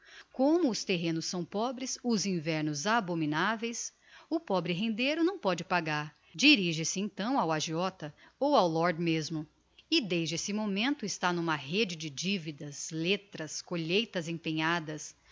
como os terrenos são pobres os invernos abominaveis o pobre rendeiro não póde pagar dirige-se então ao agiota ou ao lord mesmo e desde esse momento está n'uma rede de dividas lettras colheitas empenhadas